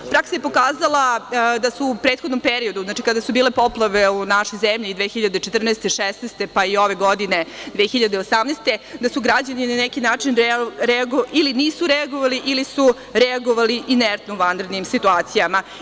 Praksa je pokazala da su u prethodnom periodu, kada su bile poplave u našoj zemlji 2014, 2016. pa i ove godine, 2018. godine, da građani na neki način ili nisu reagovali ili su reagovali inertno u vanrednim situacijama.